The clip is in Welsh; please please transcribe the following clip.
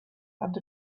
ond